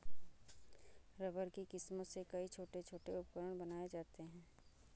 rubber की किस्मों से कई छोटे छोटे उपकरण बनाये जाते हैं